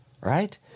Right